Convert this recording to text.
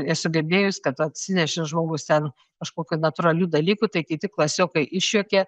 esu girdėjus kad atsinešė žmogus ten kažkokių natūralių dalykų tai kiti klasiokai išjuokė